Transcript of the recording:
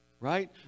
Right